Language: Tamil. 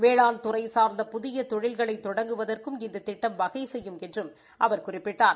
வேளாண் துறை சார்ந்த புதிய தொழில்களை தொடங்குவதற்கும் இந்த திட்டம் வகை செய்யும் என்றும் அவர் குறிப்பிட்டார்